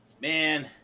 man